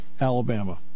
Alabama